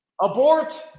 Abort